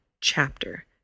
chapter